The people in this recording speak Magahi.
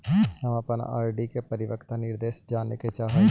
हम अपन आर.डी के परिपक्वता निर्देश जाने के चाह ही